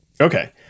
Okay